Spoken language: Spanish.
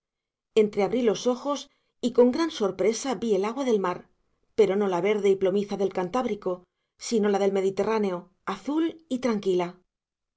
tugurio entreabrí los ojos y con gran sorpresa vi el agua del mar pero no la verde y plomiza del cantábrico sino la del mediterráneo azul y tranquila